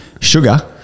Sugar